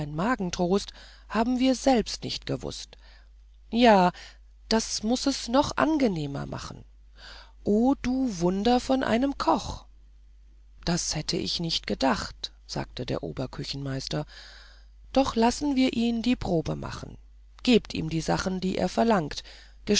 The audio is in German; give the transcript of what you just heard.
magentrost haben wir selbst nicht gewußt ja das muß es noch angenehmer machen o du wunder von einem koch das hätte ich nicht gedacht sagte der oberküchenmeister doch lassen wir ihn die probe machen gebt ihm die sachen die er verlangt